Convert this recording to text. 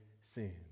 sin